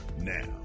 Now